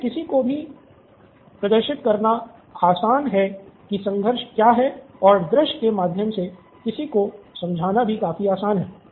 ऐसे किसी को भी प्रदर्शित करना आसान है की संघर्ष क्या है और दृश्य के माध्यम से किसी को समझाना भी काफी आसान है